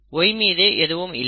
Y மீது எதுவும் இல்லை